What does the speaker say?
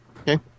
Okay